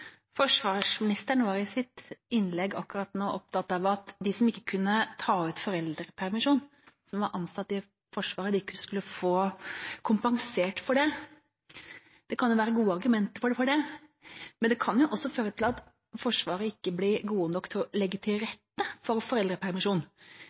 Forsvarsministeren var i sitt innlegg akkurat nå opptatt av at de som ikke kunne ta ut foreldrepermisjon, som var ansatt i Forsvaret, skulle få kompensert for det. Det kan være gode argumenter for det, men det kan også føre til at Forsvaret ikke blir gode nok til å legge til